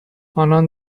آنان